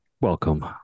Welcome